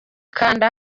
kanda